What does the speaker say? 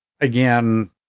again